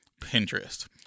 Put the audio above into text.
Pinterest